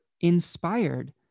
inspired